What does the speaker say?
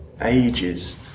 ages